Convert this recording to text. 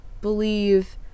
believe